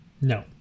No